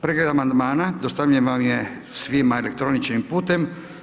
Pregled amandmana dostavljen vam je svima elektroničkim putem.